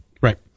right